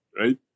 right